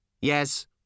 Yes